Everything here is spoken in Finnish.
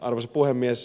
arvoisa puhemies